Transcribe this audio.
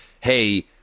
hey